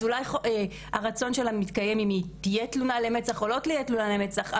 אז אולי הרצון שלה מתקיים אם תהיה תלונה למצ"ח או לא תהיה תלונה למצ"ח,